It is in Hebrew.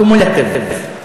accumulative.